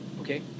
okay